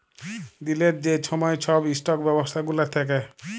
দিলের যে ছময় ছব ইস্টক ব্যবস্থা গুলা থ্যাকে